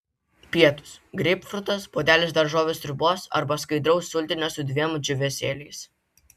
pietūs greipfrutas puodelis daržovių sriubos arba skaidraus sultinio su dviem džiūvėsėliais